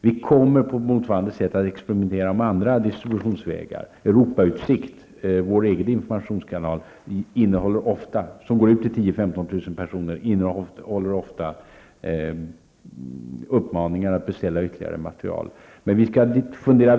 Vi kommer på motsvarande sätt att experimentera med andra distributionsvägar. Europautsikt, vår egen informationskanal, som går ut till 10 000-- 15 000 personer, innehåller ofta uppmaningar om att beställa ytterligare material.